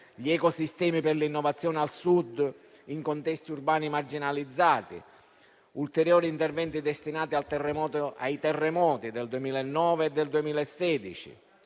gli ecosistemi per l'innovazione al Sud in contesti urbani marginalizzati; vi sono ulteriori interventi destinati ai terremoti del 2009 e del 2016.